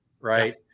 right